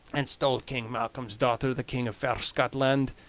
and stole king malcolm's daughter, the king of fair scotland.